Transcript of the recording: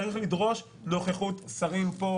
צריך לדרוש יותר נוכחות שרים פה,